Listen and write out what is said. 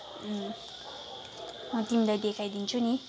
अँ म तिमीलाई देखाइदिन्छु नि